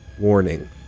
Warning